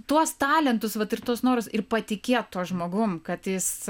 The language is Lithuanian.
tuos talentus vat ir tuos norus ir patikėt tuo žmogumi kad jis